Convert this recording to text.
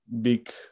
big